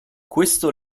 questo